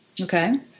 Okay